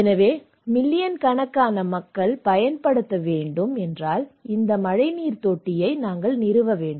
எனவே மில்லியன் கணக்கான மக்கள் பயன்படுத்த வேண்டும் இந்த மழைநீர் தொட்டியை நிறுவ வேண்டும்